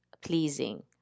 pleasing